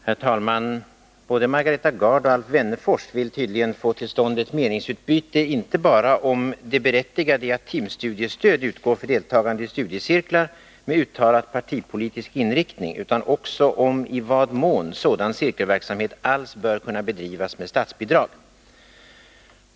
Herr talman! Både Margareta Gard och Alf Wennerfors vill tydligen få till stånd ett meningsutbyte inte bara om det berättigade i att timstudiestöd utgår för deltagande i studiecirklar med uttalad partipolitisk inriktning utan också om i vad mån sådan cirkelverksamhet alls bör kunna bedrivas med statsbidrag.